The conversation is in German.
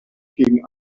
gegen